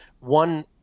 one